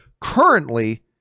currently